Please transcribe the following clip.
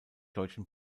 deutschen